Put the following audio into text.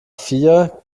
vier